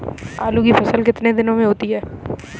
आलू की फसल कितने दिनों में होती है?